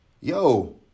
yo